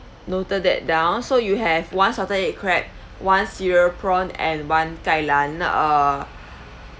noted that down so you have one salted egg crab one cereal prawn and one kailan uh